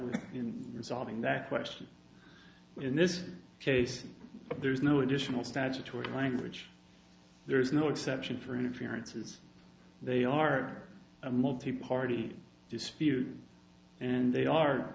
with in resolving that question in this case there is no additional statutory language there is no exception for an appearances they are a multi party dispute and they are